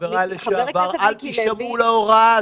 חבריי לשעבר: אל תישמעו להוראה הזאת.